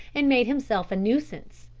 and made himself a nuisance.